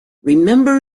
remember